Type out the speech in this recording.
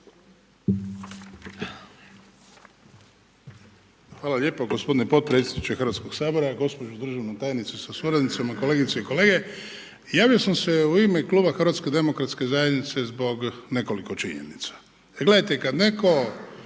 Hvala lijepo gospodine potpredsjedniče Hrvatskog sabora, gospođo državna tajnice sa suradnicima, kolegice i kolege. Javio sam se u ime kluba HDZ-a zbog nekoliko činjenica jer gledajte, kad netko